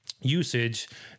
usage